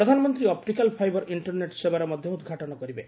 ପ୍ରଧାନମନ୍ତ୍ରୀ optical fibre internet ସେବାର ମଧ୍ୟ ଉଦ୍ଘାଟନ କରିବେ